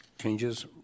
changes